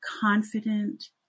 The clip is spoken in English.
confident